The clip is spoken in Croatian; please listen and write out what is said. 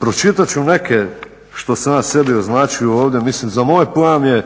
pročitat ću neke, što sam ja sebi označio ovdje, mislim za moj pojam je